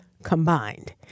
Combined